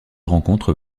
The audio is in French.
rencontre